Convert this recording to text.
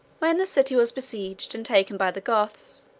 when the city was besieged and taken by the goths,